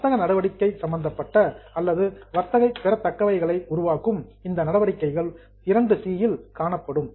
வர்த்தக நடவடிக்கை சம்பந்தப்பட்ட அல்லது வர்த்தக பெறத்தக்கவைகளை உருவாக்கும் இந்த நடவடிக்கைகள் 2 இல் காணப்படும்